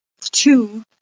Two